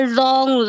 long